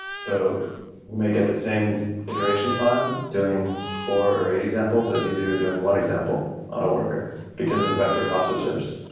so may get the same iteration time doing four or eight examples as you do doing one example on worker because of vector processors.